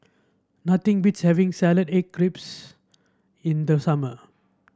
nothing beats having egg grips in the summer